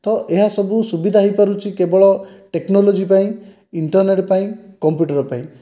ତ ଏହାସବୁ ସୁବିଧା ହୋଇପାରୁଛି କେବଳ ଟେକ୍ନୋଲୋଜି ପାଇଁ ଇଣ୍ଟରନେଟ ପାଇଁ କମ୍ପୁଟର ପାଇଁ